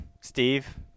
Steve